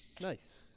Nice